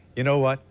you know what,